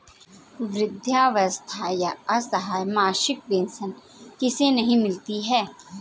वृद्धावस्था या असहाय मासिक पेंशन किसे नहीं मिलती है?